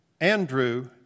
Andrew